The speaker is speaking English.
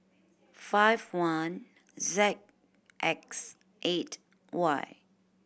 five one Z X eight Y